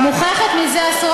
לא, לא שומעים אותי.